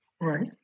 Right